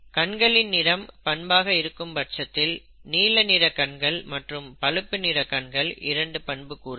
கண்களின் நிறம் பண்பாக இருக்கும் பட்சத்தில் நீல நிறக் கண்கள் மற்றும் பழுப்பு நிற கண்கள் இரண்டு பண்புக் கூறுகள்